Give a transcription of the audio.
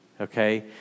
okay